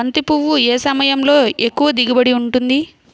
బంతి పువ్వు ఏ సమయంలో ఎక్కువ దిగుబడి ఉంటుంది?